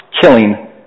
killing